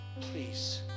please